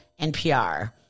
NPR